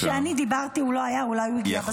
כשאני דיברתי הוא לא היה, אולי הוא הגיע בסוף.